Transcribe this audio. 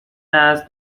است